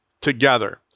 together